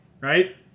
right